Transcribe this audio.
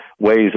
ways